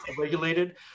regulated